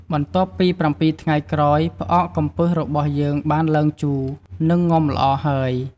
បន្ទាប់ពី៧ថ្ងៃក្រោយ ផ្អកកំពឹសរបស់យើងបានឡើងជូរ និងងំល្អហើយ។